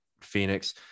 Phoenix